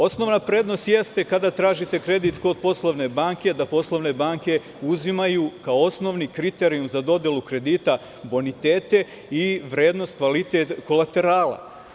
Osnovna prednost jeste kada tražite kredit kod poslovne banke, da poslovne banke uzimaju kao osnovni kriterijum za dodelu kredita bonitete i vrednost, kvalitet kolaterala.